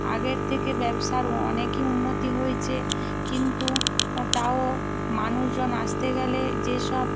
আগের থেকে ব্যবসার অনেকই উন্নতি হয়েছে কিন্তু তাও মানুষজন আসতে গেলে যেসব